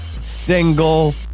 single